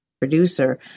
producer